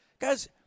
Guys